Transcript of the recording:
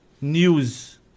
news